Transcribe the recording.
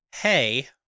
hey